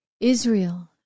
Israel